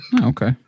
Okay